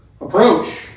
approach